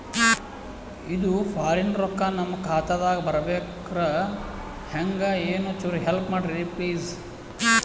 ಇದು ಫಾರಿನ ರೊಕ್ಕ ನಮ್ಮ ಖಾತಾ ದಾಗ ಬರಬೆಕ್ರ, ಹೆಂಗ ಏನು ಚುರು ಹೆಲ್ಪ ಮಾಡ್ರಿ ಪ್ಲಿಸ?